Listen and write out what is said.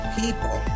people